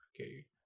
okay